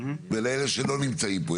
ולאלה שלא נמצאים פה,